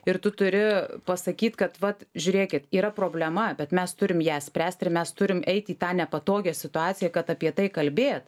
ir tu turi pasakyt kad vat žiūrėkit yra problema bet mes turim ją spręst ir mes turim eit į tą nepatogią situaciją kad apie tai kalbėt